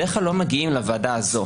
בדרך כלל לא מגיעים לוועדה הזאת.